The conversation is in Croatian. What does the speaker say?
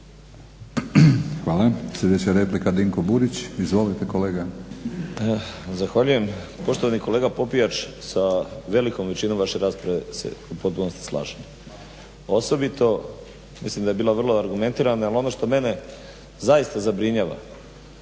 Hvala. Sljedeća replika, Dinko Burić. Izvolite kolega. **Burić, Dinko (HDSSB)** Zahvaljujem. Poštovani kolega Popijač sa velikom većinom vaše rasprave se u potpunosti slažem. Osobito, mislim da je bila vrlo argumentirana jer ono što mene zaista zabrinjava